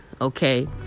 okay